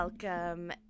Welcome